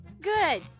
Good